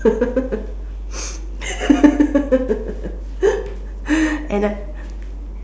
and I